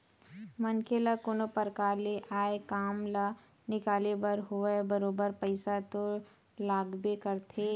मनखे ल कोनो परकार ले आय काम ल निकाले बर होवय बरोबर पइसा तो लागबे करथे